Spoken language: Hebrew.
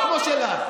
לא כמו שלך.